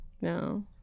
No